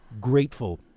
Grateful